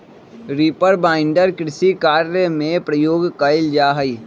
reaper binder कृषि कार्य में प्रयोग कइल जा हई